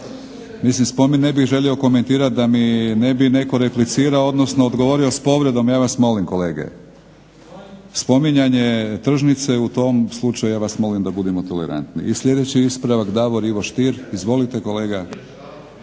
Mislim ne bih želio komentirat da mi ne bi netko replicirao, odnosno odgovorio s povredom. Ja vas molim kolege, spominjanje tržnice u tom slučaju ja vas molim da budemo tolerantniji. I sljedeći ispravak Davor Ivo Stier. Izvolite kolega.